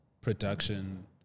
production